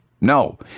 No